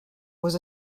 was